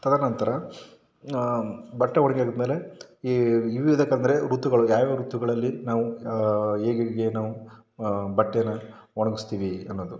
ತದನಂತರ ಬಟ್ಟೆ ಒಣಗಿ ಹಾಕಿದ್ಮೇಲೆ ಈ ಅಂದರೆ ಋತುಗಳು ಯಾವ ಯಾವ ಋತುಗಳಲ್ಲಿ ನಾವು ಹೇಗೇಗೆ ನಾವು ಬಟ್ಟೆನ ಒಣಗಿಸ್ತೀವಿ ಅನ್ನೋದು